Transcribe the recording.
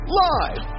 live